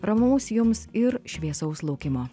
ramaus jums ir šviesaus laukimo